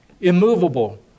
immovable